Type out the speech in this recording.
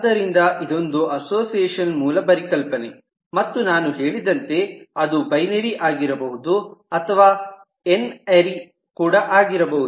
ಆದ್ದರಿಂದ ಇದೋಂದು ಅಸೋಸಿಯೇಷನ್ನಿನ ಮೂಲ ಪರಿಕಲ್ಪನೆ ಮತ್ತು ನಾನು ಹೇಳಿದಂತೆ ಅದು ಬೈನರಿ ಆಗಿರಬಹುದು ಅಥವಾ ಎನ್ ಎ ಆರ್ ವೈ ಕೂಡ ಆಗಿರಬಹುದು